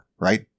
right